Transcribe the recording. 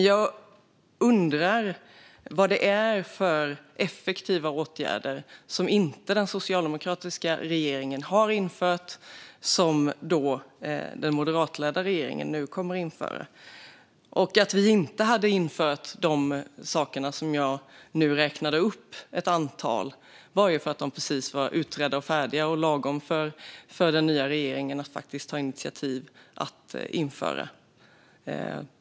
Jag undrar vad det är för effektiva åtgärder som den socialdemokratiska regeringen inte har infört men som den moderatledda regeringen nu kommer att införa. Att vi inte införde de saker varav jag räknade upp ett antal beror ju på att de precis var utredda och färdiga och lagom för den nya regeringen att ta initiativ till att införa.